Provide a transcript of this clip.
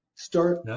start